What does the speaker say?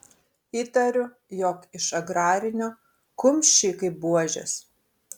įtariu jog iš agrarinio kumščiai kaip buožės